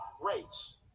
race